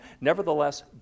Nevertheless